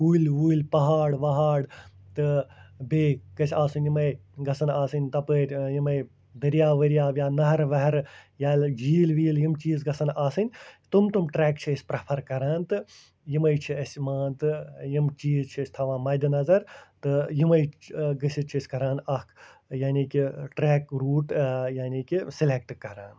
کُلۍ وُلۍ پہاڑ وہاڑ تہٕ بیٚیہِ گژھِ آسٕنۍ یِمَے گژھن آسٕنۍ تَپٲرۍ یِمَے دریاو وریاو یا نہرٕ وہرٕ یا جھیٖل ویٖل یِم چیٖز گژھن آسٕنۍ تِم تِم ٹریکہٕ چھِ أسۍ پریٚفَر کران تہٕ یِمَے چھِ أسۍ مانتہٕ یِم چیٖز چھِ أسۍ تھاوان مَدِ نظر تہٕ یِمَے گٔژھِتھ چھِ أسۍ کران اَکھ یعنی کہ ٹرٛٮ۪ک روٗٹ یعنی کہ سِلٮ۪کٹ کران